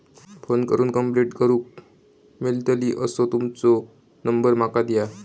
Phone करून complaint करूक मेलतली असो तुमचो नंबर माका दिया?